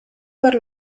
per